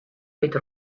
mit